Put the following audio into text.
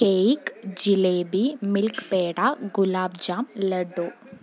cake jalebi milk peda gulab jam laddoo